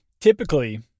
typically